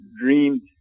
dreamed